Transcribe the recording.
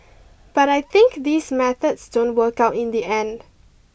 but I think these methods don't work out in the end